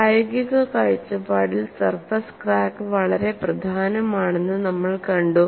പ്രായോഗിക കാഴ്ചപ്പാടിൽ surface crack വളരെ പ്രധാനമാണെന്ന് നമ്മൾ കണ്ടു